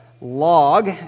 log